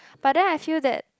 but then I feel that